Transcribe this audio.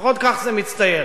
לפחות כך זה מצטייר.